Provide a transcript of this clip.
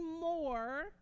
more